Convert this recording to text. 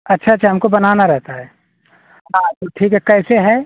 अच्छा अच्छा हमको बनाना रहता है हाँ तो ठीक है कैसे है